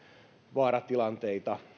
vaaratilanteita